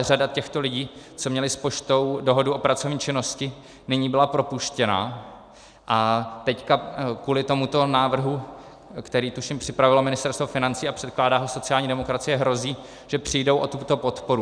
Řada těchto lidí, co měli s poštou dohodu o pracovní činnosti, nyní byla propuštěna a teď kvůli tomuto návrhu, který tuším připravilo Ministerstvo financí a předkládá ho sociální demokracie, hrozí, že přijdou o tuto podporu.